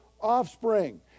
offspring